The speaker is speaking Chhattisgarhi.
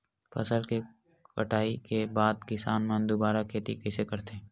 फसल के कटाई के बाद किसान मन दुबारा खेती कइसे करथे?